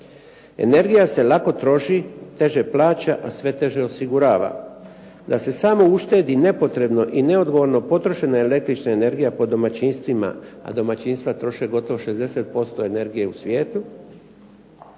Energija se lako troši, teže plaća a sve teže osigurava. Da se samo uštedi nepotrebno i neodgovorno potrošena električna energija po domaćinstvima a domaćinstva troše gotovo 60% energije u svijetu